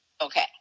Okay